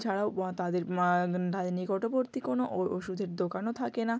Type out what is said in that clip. এছাড়াও তাদের তাদের নিকটবর্তী কোনও ও ওষুধের দোকানও থাকে না